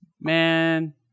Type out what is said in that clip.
Man